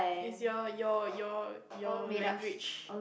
is your your your your language